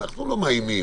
אנחנו לא מאיימים,